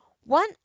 One